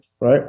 right